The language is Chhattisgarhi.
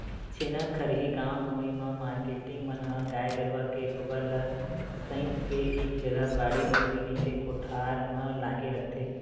छेना खरही गाँव गंवई म मारकेटिंग मन ह गाय गरुवा के गोबर ल सइत के एक जगा बाड़ी बखरी नइते कोठार म लाके रखथे